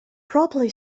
properly